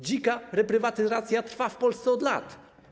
Dzika reprywatyzacja trwa w Polsce od lat.